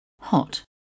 Hot